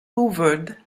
hoovered